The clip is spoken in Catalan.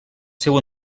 seu